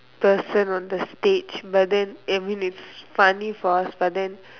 the person on the stage but then I mean it's funny for us but then